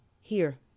Here